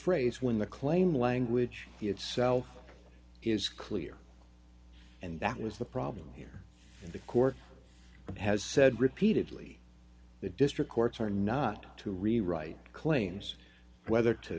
phrase when the claim language itself is clear and that was the problem here in the court has said repeatedly the district courts are not to rewrite claims whether to